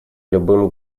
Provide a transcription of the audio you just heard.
любым